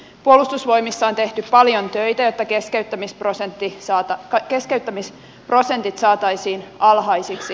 puolustusvoimissa on tehty paljon töitä jotta keskeyttämisprosentit saataisiin alhaisiksi